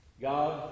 God